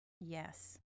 Yes